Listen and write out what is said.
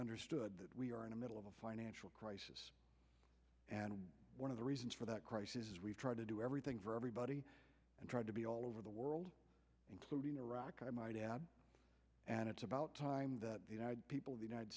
understood that we are in the middle of a financial crisis and one of the reasons for that crisis is we've tried to do everything for everybody and trying to be all over the world including iraq i might add and it's about time that the people of the united